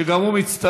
שגם הוא מצטרף.